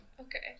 Okay